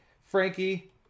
Frankie